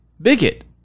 bigot